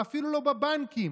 ואפילו לא בבנקים,